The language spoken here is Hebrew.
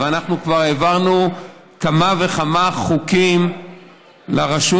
ואנחנו כבר העברנו כמה וכמה חוקים לרשות